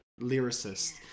lyricist